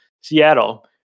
Seattle